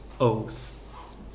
oath